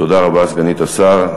תודה רבה, סגנית השר.